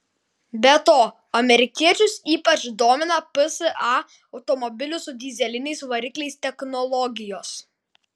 be to amerikiečius ypač domina psa automobilių su dyzeliniais varikliais technologijos